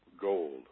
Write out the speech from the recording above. gold